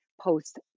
post